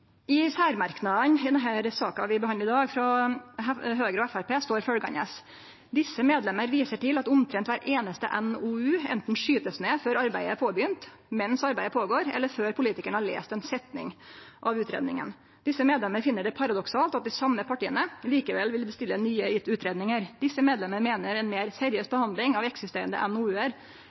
og Framstegspartiet i den saka vi behandlar i dag, står det følgjande. «Disse medlemmer viser til at omtrent hver eneste NOU enten skytes ned før arbeidet er påbegynt, mens arbeidet pågår, eller før politikerne har lest en setning av utredningen. Disse medlemmer finner det paradoksalt at de samme partiene likevel vil bestille nye utredninger. Disse medlemmer mener en mer seriøs behandling av eksisterende NOUer